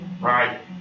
right